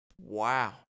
wow